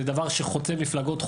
זה דבר שחוצה מפלגות,